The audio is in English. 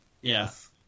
Yes